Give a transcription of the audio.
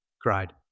cried